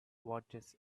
watches